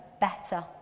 better